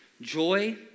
Joy